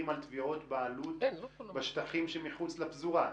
על תביעות בעלות בשטחים שמחוץ לפזורה,